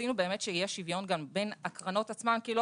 רצינו שיהיה שוויון גם בין הקרנות עצמן כי לא